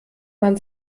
man